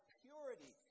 purity